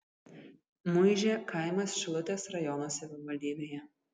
muižė kaimas šilutės rajono savivaldybėje